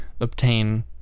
obtain